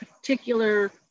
particular